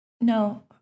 No